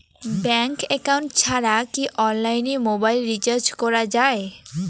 Bank account ছাড়া কি অনলাইনে মোবাইল রিচার্জ করা যায়?